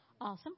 awesome